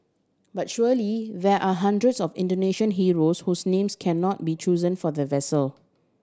but surely there are hundreds of Indonesian heroes whose names can not be chosen for the vessel